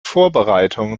vorbereitungen